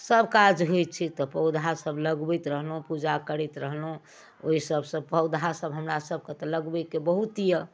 सब काज होइ छै तऽ पौधासब लगबैत रहलहुँ पूजा करैत रहलहुँ ओहिसबसँ पौधासब हमरासभके तऽ लगबैके बहुत अइ